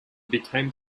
became